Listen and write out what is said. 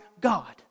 God